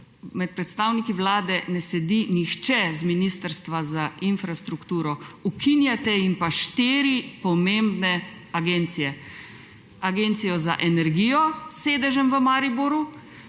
med predstavniki Vlade ne sedi nihče z Ministrstva za infrastrukturo, ukinjate jim pa štiri pomembne agencije – Agencijo za energijo, s sedežem v Mariboru,